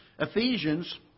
Ephesians